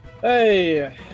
Hey